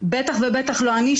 ובטח ובטח לא אני,